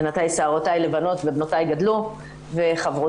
בינתיים שערותיי לבנות ובנותיי גדלו וחברותיי,